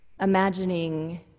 imagining